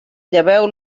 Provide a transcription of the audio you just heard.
lleveu